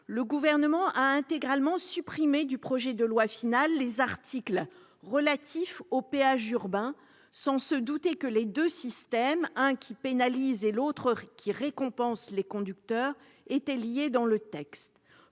le Gouvernement a intégralement supprimé du projet de loi final les articles relatifs aux péages urbains, sans se douter que les deux systèmes- l'un qui pénalise et l'autre qui récompense les conducteurs -étaient liés dans le texte.